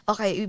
Okay